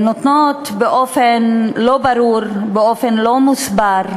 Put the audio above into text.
שנותנות באופן לא ברור, באופן לא מוסבר,